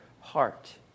heart